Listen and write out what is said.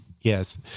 yes